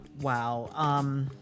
Wow